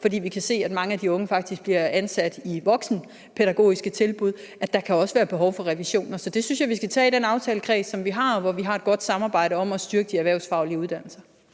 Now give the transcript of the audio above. fordi vi kan se, at mange af de unge faktisk bliver ansat i voksenpædagogiske tilbud. Så der kan også være behov for revisioner. Det synes jeg vi skal tage op i den aftalekreds, som vi har, og hvor vi har et godt samarbejde om at styrke de erhvervsfaglige uddannelser.